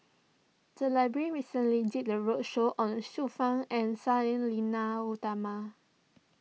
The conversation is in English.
the library recently did a roadshow on Xiu Fang and Sang Nila Utama